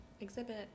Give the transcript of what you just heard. exhibit